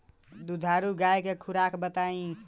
दुधारू गाय के खुराक बताई?